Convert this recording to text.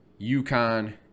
UConn